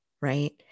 right